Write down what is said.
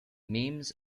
memes